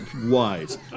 wise